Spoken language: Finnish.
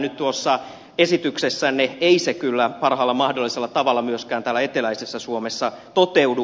nyt tuossa esityksessänne se ei kyllä parhaalla mahdollisella tavalla myöskään täällä eteläisessä suomessa toteudu